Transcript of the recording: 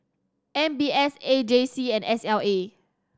M B S A J C and S L A